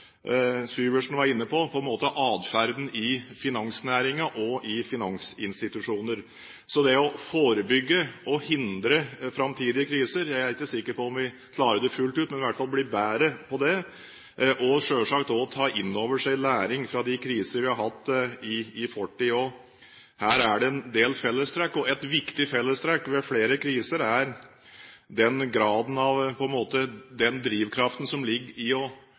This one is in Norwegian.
Syversen var inne på, atferden i finansnæringen og i finansinstitusjoner. Så det å forebygge og hindre framtidige kriser – jeg er ikke sikker på om vi klarer det fullt ut, men vi kan i hvert fall bli bedre på det, og vi må selvsagt også ta inn over oss læring fra de kriser vi har hatt i fortid. Her er det en del fellestrekk. Et viktig fellestrekk ved flere kriser er den drivkraften som ligger i